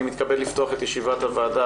אני מתכבד לפתוח את ישיבת הוועדה.